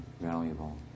valuable